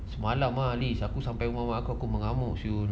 semalam ah liz aku sampai marah mak aku mengamuk [sial]